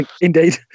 Indeed